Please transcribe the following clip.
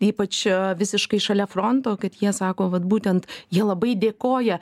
ypač aaa visiškai šalia fronto kad jie sako vat būtent jie labai dėkoja